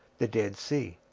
the dead sea.